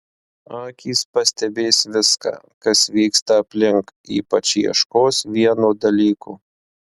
akys pastebės viską kas vyksta aplink ypač ieškos vieno dalyko